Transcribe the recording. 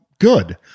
Good